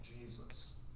Jesus